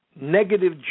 negative